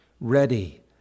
ready